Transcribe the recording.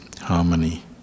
harmony